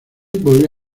volvió